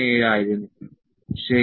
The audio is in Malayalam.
17 ആയിരുന്നു ശരി